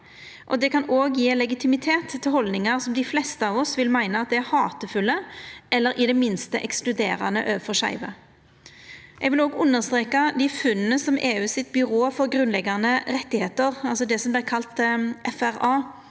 Det kan òg gje legitimitet til haldningar som dei fleste av oss vil meina er hatefulle, eller i det minste ekskluderande overfor skeive. Eg vil òg understreka dei funna som EU sitt byrå for grunnleggjande rettar – det som vert kalla FRA